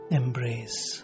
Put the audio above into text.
embrace